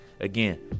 again